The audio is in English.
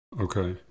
Okay